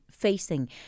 Facing